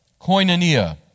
koinonia